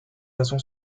façon